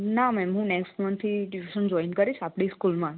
ના મેમ હું નેક્સ્ટ મંથથી ટ્યૂશન જોઈન કરીશ આપણી સ્કૂલમાં જ